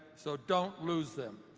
so don't lose them.